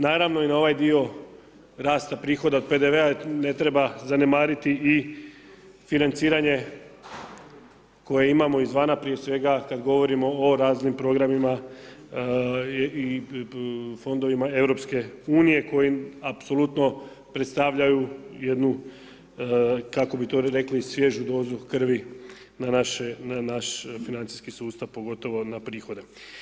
Naravno i na ovaj dio rasta prihoda od PDV-a ne treba zanemariti i financiranje koje imamo iz vana, prije svega kada govorimo o raznim programima i fondovima EU, koje apsolutno predstavljaju jednu kako bi to rekli, svježu dozu krvi na naš financijski sustav, pogotovo na prihode.